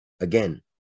Again